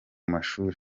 mashuri